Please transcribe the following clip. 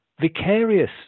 vicarious